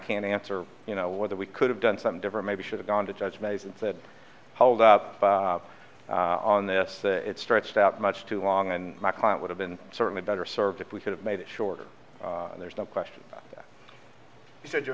can answer you know whether we could have done some different maybe should have gone to judge mays and said hold up on this it stretched out much too long and my client would have been certainly better served if we could have made it shorter there's no question so you're